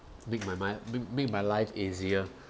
make my mind make make my life easier